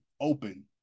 open